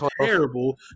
terrible